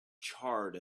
charred